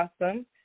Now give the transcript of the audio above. awesome